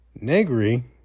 Negri